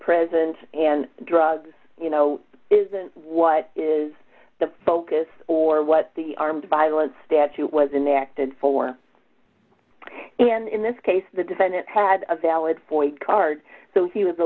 present and drugs you know isn't what is the focus d or what the armed violence statute was enacted for and in this case the defendant had a valid point card so he was a